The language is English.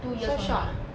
so short ah